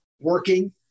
working